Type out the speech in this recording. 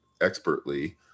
expertly